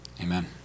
Amen